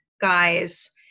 guys